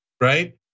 Right